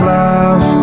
love